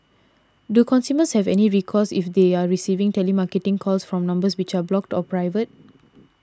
do consumers have any recourse if they are receiving telemarketing calls from numbers which are blocked or private